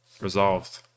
resolved